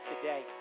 today